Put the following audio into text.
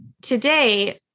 today